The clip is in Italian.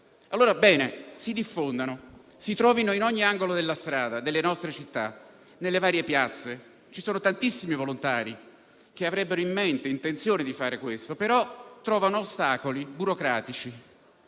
scientifico - si diffondano e si trovino in ogni angolo della strada, delle nostre città e nelle varie piazze. Ci sono tantissimi volontari che avrebbero in mente l'intenzione di farlo però trovano ostacoli burocratici: